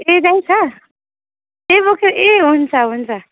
त्यही छ ए हुन्छ हुन्छ